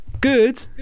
good